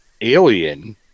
alien